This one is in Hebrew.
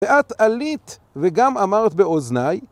ואת עלית וגם אמרת באוזני